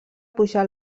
pujar